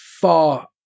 far